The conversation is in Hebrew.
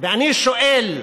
ואני שואל: